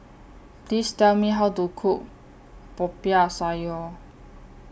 Please Tell Me How to Cook Popiah Sayur